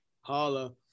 Holla